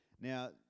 Now